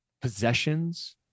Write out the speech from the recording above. possessions